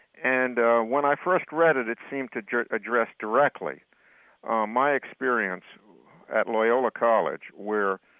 and ah when i first read it, it seemed to address address directly my experience at loyola college where,